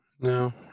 No